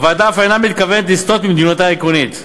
הוועדה אף אינה מכוונת לסטות ממדיניותה העקרונית.